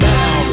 Now